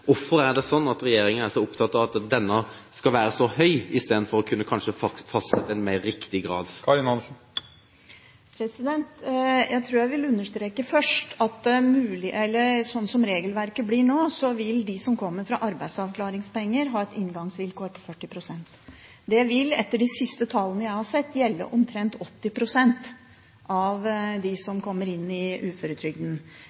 Hvorfor er det sånn at regjeringen er så opptatt av at denne graderingen skal være så høy, i stedet for kanskje å kunne fastsette en mer riktig gradering? Jeg tror jeg vil understreke først at sånn som regelverket blir nå, vil de som kommer fra arbeidsavklaringspenger, ha et inngangsvilkår på 40 pst. Det vil etter de siste tallene jeg har sett, gjelde omtrent 80 pst. av